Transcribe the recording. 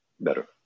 better